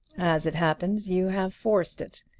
as it happens you have forced it.